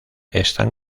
están